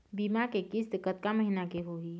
बीमा के किस्त कतका महीना के होही?